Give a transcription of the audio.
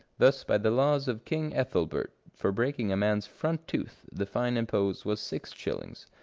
thus by the laws of king ethelbert, for breaking a man's front tooth the fine imposed was six shillings,